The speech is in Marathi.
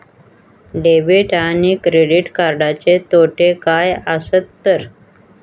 डेबिट आणि क्रेडिट कार्डचे तोटे काय आसत तर?